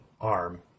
arm